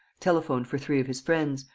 telephoned for three of his friends,